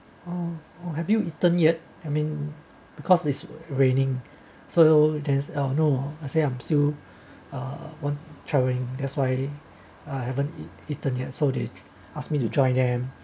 oh have you eaten yet I mean because it's raining so there's no I say I'm still travelling that's why I haven't eaten yet so they ask me to join them